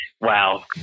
Wow